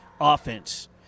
offense